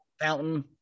Fountain